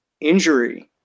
injury